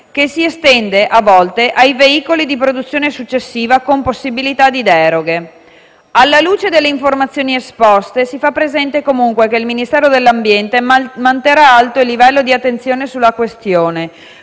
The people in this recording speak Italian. che si estende a volte ai veicoli di produzione successiva, con possibilità di deroghe. Alla luce delle informazioni esposte, si fa presente comunque che il Ministero per l'ambiente e la tutela del territorio e del mare manterrà alto il livello di attenzione sulla questione,